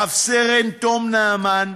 רב-סרן תום נעמן,